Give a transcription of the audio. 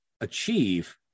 achieve